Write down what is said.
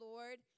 Lord